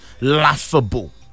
laughable